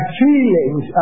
feelings